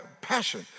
passion